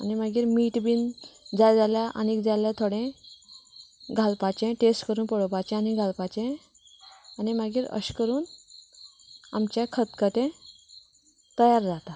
आनी मागीर मीठ बीन जाय जाल्यार थोडे घालपाचे टेस्ट करून पळोवपाचे आनी घालपाचे आनी मागीर अशे करून आमचें खतखतें तयार जाता